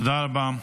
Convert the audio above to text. תודה רבה,